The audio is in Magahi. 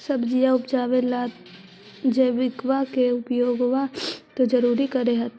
सब्जिया उपजाबे ला तो जैबिकबा के उपयोग्बा तो जरुरे कर होथिं?